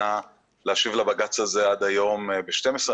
למדינה להשיב לבג"צ הזה עד היום ב-12:00,